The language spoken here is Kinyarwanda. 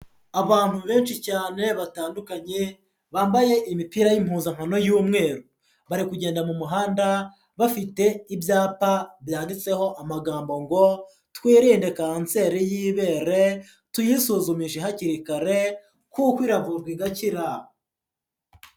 Abantu benshi cyane batandukanye bambaye imipira y'impuzankano y'umweru. Bari kugenda mu muhanda bafite ibyapa byanditseho amagambo ngo ''twihererinde kanseri y'ibere, tuyisuzumishe hakiri kare kuko iravurwa igakira.''